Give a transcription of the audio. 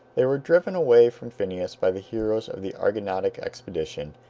they were driven away from phineus by the heroes of the argonautic expedition,